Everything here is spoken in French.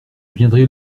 viendrai